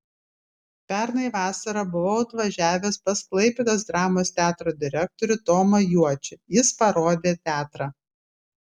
pernai vasarą buvau atvažiavęs pas klaipėdos dramos teatro direktorių tomą juočį jis parodė teatrą